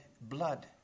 blood